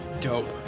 dope